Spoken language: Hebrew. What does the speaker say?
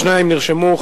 שניים נרשמו,